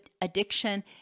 addiction